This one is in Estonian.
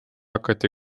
hakati